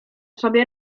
sobie